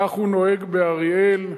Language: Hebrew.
כך הוא נוהג באריאל,